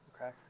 Okay